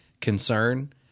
concern